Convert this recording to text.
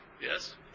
Yes